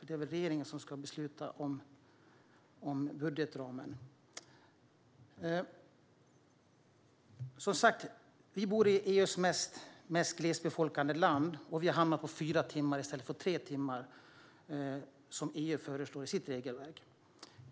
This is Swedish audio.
Det är väl regeringen som ska besluta om budgetramen. Vi bor som sagt i EU:s näst mest glesbefolkade land, och vi hamnar på fyra timmar i stället för tre timmar, som EU föreslår i sitt regelverk.